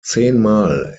zehnmal